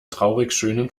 traurigschönen